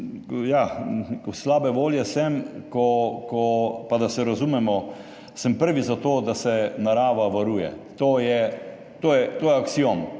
slabe volje sem – pa da se razumemo, sem prvi za to, da se narava varuje, to je aksiom,